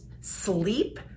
sleep